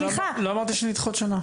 סליחה --- לא אמרתי שנדחה עוד שנה.